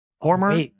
former